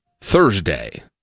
Thursday